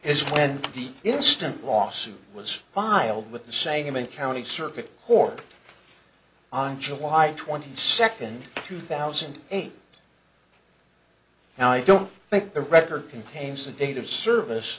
is when the instant lawsuit was filed with the same in county circuit court on july twenty second two thousand and eight now i don't think the record contains the date of service